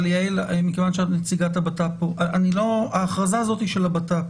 יעל, מכיוון שאת נציגת הבט"פ פה: ההכרזה של הבט"פ